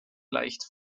leicht